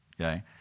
Okay